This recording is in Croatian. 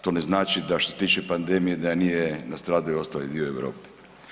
To ne znači da što se tiče pandemije, da nije nastradao i ostali dio Europe.